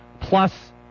plus